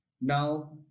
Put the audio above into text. Now